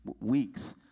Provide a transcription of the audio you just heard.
Weeks